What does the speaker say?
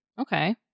Okay